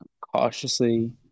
cautiously